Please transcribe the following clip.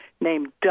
named